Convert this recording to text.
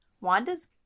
Wanda's